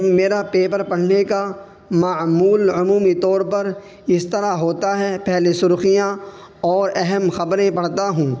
میرا پیپر پڑھنے کا معمول عمومی طور پر اس طرح ہوتا ہے پہلے سرخیاں اور اہم خبریں پڑھتا ہوں